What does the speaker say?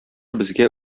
безгә